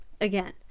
again